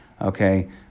okay